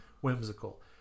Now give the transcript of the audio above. whimsical